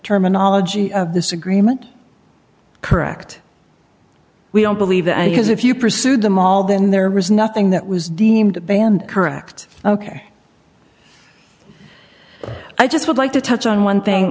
terminology of this agreement correct we don't believe that because if you pursued them all then there was nothing that was deemed banned correct ok i just would like to touch on one thing